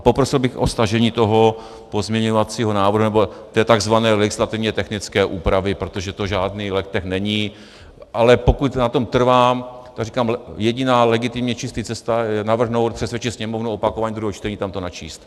Poprosil bych o stažení toho pozměňovacího návrhu, nebo té takzvaně legislativně technické úpravy, protože to žádný legtech není, ale pokud na tom trvám, tak říkám, jediná legitimně čistá cesta je navrhnout a přesvědčit Sněmovnu o opakování druhého čtení a tam to načíst.